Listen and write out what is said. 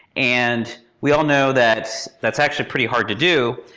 and we all know that that's actually pretty hard to do,